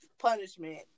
punishment